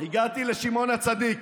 הגעתי לשמעון הצדיק.